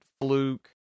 Fluke